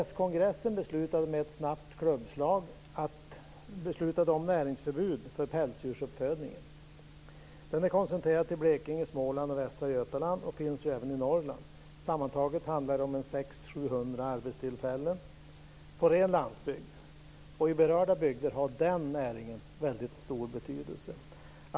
S-kongressen beslutade med ett snabbt klubbslag om näringsförbud för pälsdjursuppfödningen. Denna är koncentrerad till Blekinge, Småland och västra Götaland och finns även i Norrland. Sammantaget handlar det om 600 700 arbetstillfällen i ren landsbygd. I berörda bygder har denna näring väldigt stor betydelse.